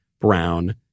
brown